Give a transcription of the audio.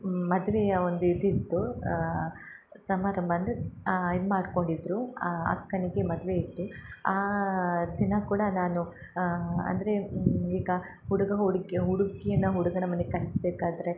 ಮದುವೆಯ ಒಂದು ಇದಿತ್ತು ಸಮಾರಂಭ ಅಂದರೆ ಇದು ಮಾಡ್ಕೊಂಡಿದ್ದರು ಅಕ್ಕನಿಗೆ ಮದ್ವೆ ಇತ್ತು ಆ ದಿನ ಕೂಡ ನಾನು ಅಂದರೆ ಈಗ ಹುಡ್ಗ ಹುಡ್ಗಿ ಹುಡ್ಗಿಯನ್ನ ಹುಡ್ಗನ ಮನೆಗೆ ಕಳಿಸ್ಬೇಕಾದರೆ